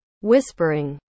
Whispering